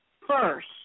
first